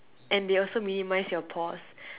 and they also minimise your pores